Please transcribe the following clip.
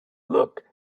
look